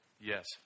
Yes